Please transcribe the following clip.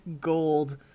gold